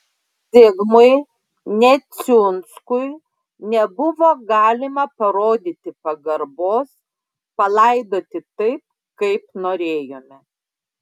zigmui neciunskui nebuvo galima parodyti pagarbos palaidoti taip kaip norėjome